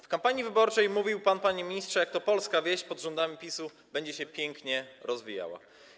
W kampanii wyborczej mówił pan, panie ministrze, jak to polska wieś pod rządami PiS-u będzie się pięknie rozwijała.